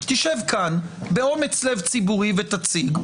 תשב כאן באומץ לב ציבורי ותציג.